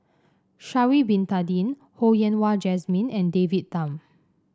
Sha'ari Bin Tadin Ho Yen Wah Jesmine and David Tham